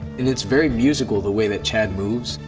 and it's very musical the way that chadd moves.